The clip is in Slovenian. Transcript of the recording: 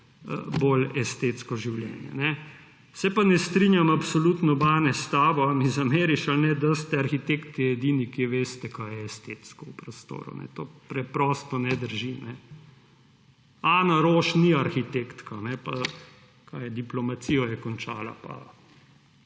bolj estetsko življenje. Se pa absolutno ne strinjam s tabo, Bane, ali mi zameriš ali ne, da ste arhitekti edini, ki veste, kaj je estetsko v prostoru. To preprosto ne drži. Ana Roš ni arhitektka, diplomacijo je končala, pa